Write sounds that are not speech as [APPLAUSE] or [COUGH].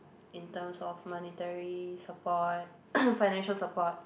in terms of monetary support [COUGHS] financial support